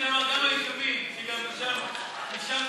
וצפון השומרון (תיקון) (הגדרת מוסד להשכלה